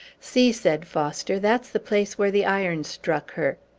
see! said foster. that's the place where the iron struck her.